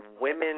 women